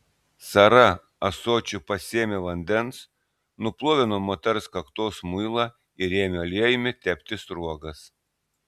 sara ąsočiu pasėmė vandens nuplovė nuo moters kaktos muilą ir ėmė aliejumi tepti sruogas